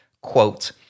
quote